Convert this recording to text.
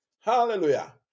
hallelujah